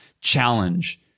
challenge